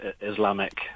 Islamic